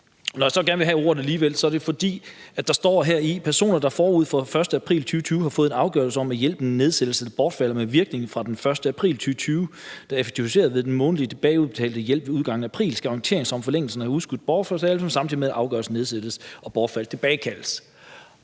Når jeg så gerne vil have ordet alligevel, er det, fordi der står her i lovforslaget: »Personer, der forud for den 1. april 2020 har fået en afgørelse om, at hjælpen nedsættes eller bortfalder med virkning fra den 1. april 2020, der effektueres ved den månedsvis bagudbetalte hjælp ved udgangen af april, skal orienteres om forlængelsen og have udskudt bortfaldsdatoen samtidig med, at afgørelsen om nedsættelse eller bortfald tilbagekaldes.«